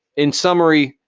in summary,